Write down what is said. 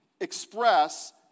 express